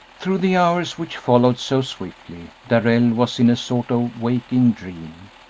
through the hours which followed so swiftly darrell was in a sort of waking dream,